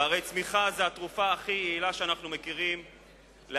והרי צמיחה זו התרופה הכי יעילה שאנחנו מכירים לאבטלה,